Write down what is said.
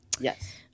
Yes